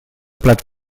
plat